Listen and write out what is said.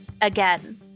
again